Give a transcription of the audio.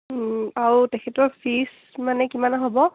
আৰু তেখেতৰ ফিজ মানে কিমান হ'ব